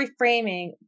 reframing